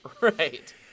Right